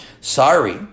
Sorry